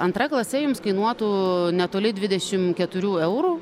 antra klase jums kainuotų netoli dvidešim keturių eurų